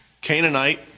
Canaanite